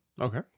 Okay